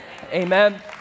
Amen